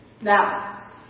now